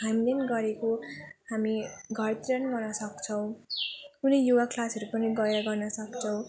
हामीले पनि गरेको हामी घरतिर पनि गर्न सक्छौँ कुनै योगा क्लासहरू पनि गएर गर्न सक्छौँ